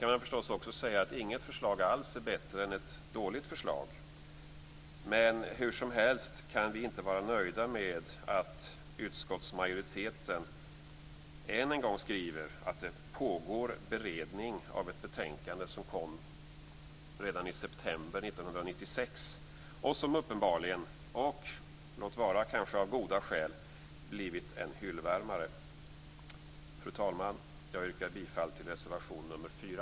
Man kan förstås också säga att inget förslag alls är bättre än ett dåligt förslag. Hur som helst kan vi inte vara nöjda med att utskottsmajoriteten än en gång skriver att det pågår beredning av ett betänkande som kom redan i september 1996 och som uppenbarligen - låt vara av goda skäl - blivit en hyllvärmare. Fru talman! Jag yrkar bifall till reservation nr 4.